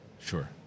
Sure